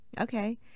okay